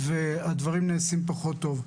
והדברים נעשים פחות טוב.